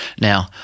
Now